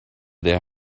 der